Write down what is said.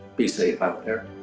be safe out there.